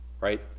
Right